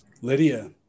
Lydia